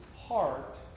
heart